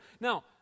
Now